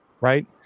right